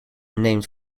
named